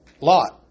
Lot